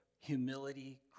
humility